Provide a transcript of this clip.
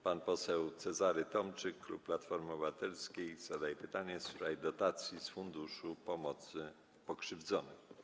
Pan poseł Cezary Tomczyk, klub Platformy Obywatelskiej, zadaje pytanie w sprawie dotacji z Funduszu Pomocy Pokrzywdzonym.